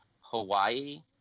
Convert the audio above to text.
Hawaii